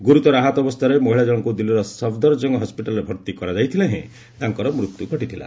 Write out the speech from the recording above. ଗୁରୁତର ଆହତ ଅବସ୍ଥାରେ ମହିଳା ଜଣଙ୍କୁ ଦିଲ୍ଲୀର ସଫଦରଜଙ୍ଗ ହସ୍କିଟାଲ୍ରେ ଭର୍ତ୍ତି କରାଯାଇଥିଲେ ହେଁ ତାଙ୍କର ମୃତ୍ୟୁ ଘଟିଥିଲା